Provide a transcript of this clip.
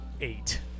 Eight